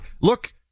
Look